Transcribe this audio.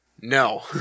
no